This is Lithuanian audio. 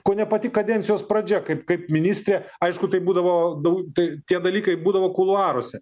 kone pati kadencijos pradžia kaip kaip ministrė aišku tai būdavo dau tai tie dalykai būdavo kuluaruose